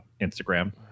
Instagram